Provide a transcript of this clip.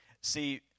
See